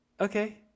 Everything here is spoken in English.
Okay